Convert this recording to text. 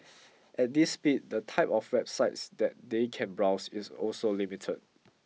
at this speed the type of websites that they can browse is also limited